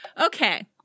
Okay